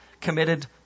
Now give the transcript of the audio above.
committed